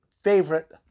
favorite